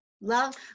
love